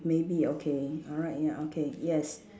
maybe okay alright ya okay yes